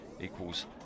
equals